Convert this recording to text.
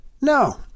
No